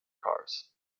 cars